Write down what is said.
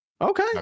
okay